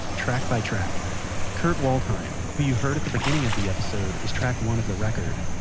track-by-track kurt waldheim, who you heard at the beginning of the episode, is track one of the record.